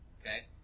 Okay